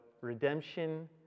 redemption